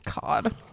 God